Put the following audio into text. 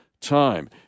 time